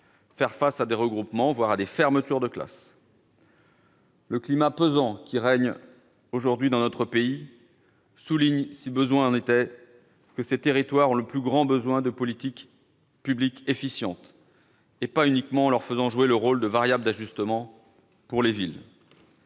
faire face à des regroupements, voire à des fermetures de classes. Le climat pesant qui règne aujourd'hui dans notre pays montre combien ces territoires ont le plus grand besoin de politiques publiques efficientes, et pas uniquement en leur faisant jouer le rôle de variable d'ajustement des villes.